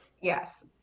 yes